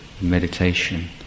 meditation